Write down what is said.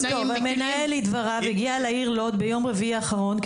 המנהל הגיע לעיר לוד ביום רביעי האחרון,